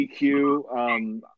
EQ